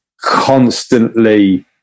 constantly